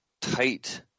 tight